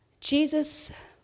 Jesus